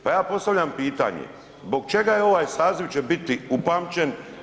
Pa ja postavljam pitanje, zbog čega će ovaj saziv bit upamćen?